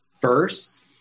first